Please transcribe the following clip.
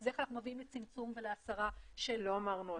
היא: איך אנחנו מביאים לצמצום ולהסרה של -- מה שלא אמרנו?